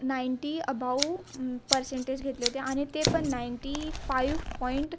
ninety अभाऊ percentage घेतले होते आणि ते पण नाईन्टी फाईफ पॉईंट